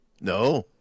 no